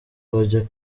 bajya